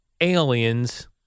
aliens